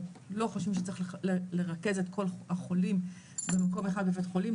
אנחנו לא חושבים שצריך לרכז את כל החולים במקום אחד בבית חולים,